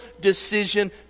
decision